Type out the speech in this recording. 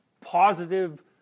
positive